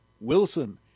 Wilson